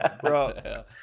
Bro